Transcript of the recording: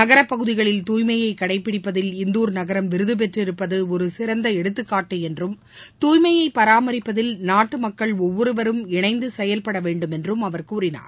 நகரப்பகுதிகளில் தூய்மையை கடைபிடிப்பதில் இந்தூர் நகரம் விருது பெற்றிருப்பது ஒரு சிறந்த எடுத்துக்காட்டு என்றும் தூய்மையை பராமரிப்பதில் நாட்டு மக்கள் ஒவ்வொருவம் இணைந்து செயல்படவேண்டும் என்றும் அவர் கூறினார்